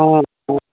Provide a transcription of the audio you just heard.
অঁ অঁ